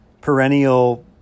perennial